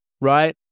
right